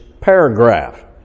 paragraph